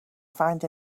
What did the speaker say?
find